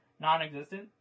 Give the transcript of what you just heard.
non-existent